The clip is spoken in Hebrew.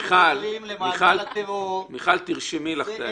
מיכל, תרשמי לך את ההערות.